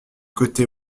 côté